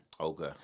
Okay